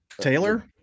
Taylor